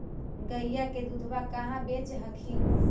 गईया के दूधबा कहा बेच हखिन?